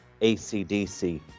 ACDC